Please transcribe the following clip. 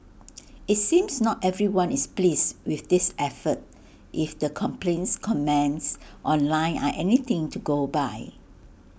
IT seems not everyone is pleased with this effort if the complaints comments online are anything to go by